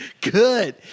Good